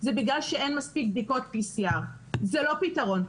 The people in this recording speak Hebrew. זה בגלל שאין מספיק בדיקות PCR. זה לא פתרון.